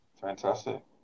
fantastic